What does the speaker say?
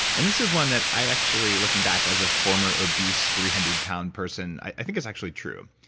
and this is one that i actually looking back as a former obese three hundred pound person, i think it's actually true.